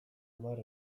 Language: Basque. hamar